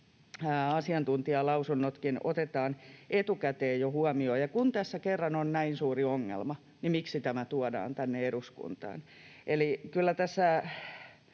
asiantuntijalausunnotkin otetaan jo etukäteen huomioon. Kun tässä kerran on näin suuri ongelma, niin miksi tämä tuodaan tänne eduskuntaan?